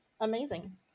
amazing